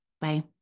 Bye